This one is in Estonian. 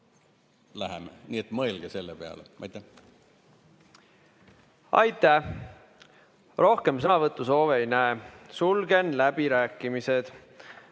läheme. Nii et mõelge selle peale. Aitäh! Aitäh! Rohkem sõnavõtusoove ei näe, sulgen läbirääkimised.